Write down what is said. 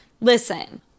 Listen